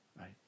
Right